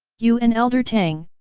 you and elder tang,